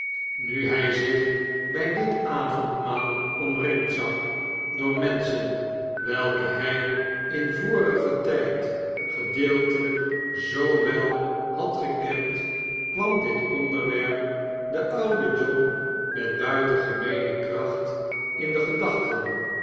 nu hij zich bij dit avondmaal omringd zag door menschen welke hij in vorigen tijd gedeeltelijk zoo wel had gekend kwam dit onder werp den ouden john met buitengemeene kracht in de gedachten